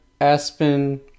Aspen